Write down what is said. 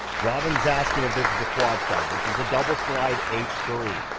robin's asking if this is a quad slide. this is a double slide h three.